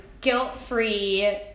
guilt-free